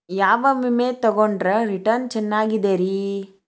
ಯಾವ ವಿಮೆ ತೊಗೊಂಡ್ರ ರಿಟರ್ನ್ ಚೆನ್ನಾಗಿದೆರಿ?